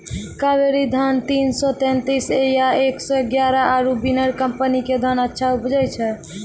कावेरी धान तीन सौ तेंतीस या एक सौ एगारह आरु बिनर कम्पनी के धान अच्छा उपजै छै?